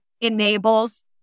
enables